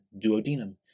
duodenum